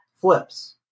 flips